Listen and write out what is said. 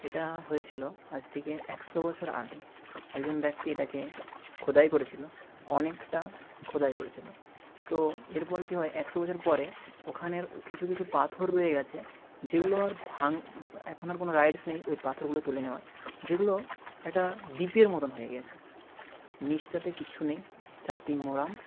এটা হয়েছিল আজ থেকে একশো বছর আগে একজন ব্যক্তি এটাকে খোদাই করেছিল অনেকটা খোদাই করেছিল তো এরপর কী হয় একশো বছর পরে ওখানের কিছু কিছু পাথর রয়ে গেছে যেগুলো আর ভাঙ এখন আর কোনও রাইটস নেই ওই পাথরগুলো তুলে নেওয়ার যেগুলো একটা দ্বীপের মতন হয়ে গেছে নিচটাতে কিচ্ছু নেই চারদিক মোরাম